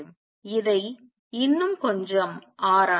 இதை இன்னும் கொஞ்சம் ஆராய்வோம்